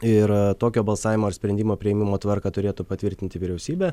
ir tokio balsavimo ar sprendimo priėmimo tvarką turėtų patvirtinti vyriausybė